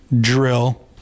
drill